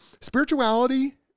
spirituality